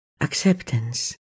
acceptance